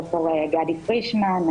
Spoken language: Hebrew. דוקטור גבי פרישמן,